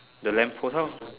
the lamp post hor